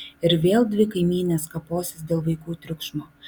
ir vėl dvi kaimynės kaposis dėl vaikų triukšmo